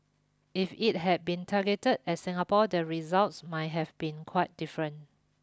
if it had been targeted at Singapore the results might have been quite different